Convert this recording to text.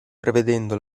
prevedendo